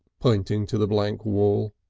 pointing to the blank wall.